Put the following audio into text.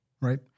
right